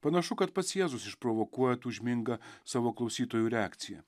panašu kad pats jėzus išprovokuoja tūžmingą savo klausytojų reakciją